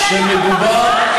אין שום בעיה?